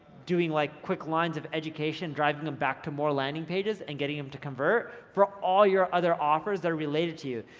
doing like quick lines of education, driving them back to more landing pages and getting them to convert for all your other offers that are related to you,